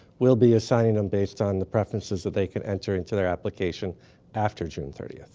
we'll be assigning them based on the preferences that they can enter into their application after june thirty. ah